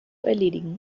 erledigen